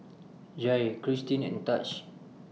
Jair Christin and Taj